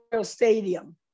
Stadium